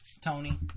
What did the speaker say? Tony